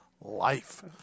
life